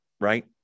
right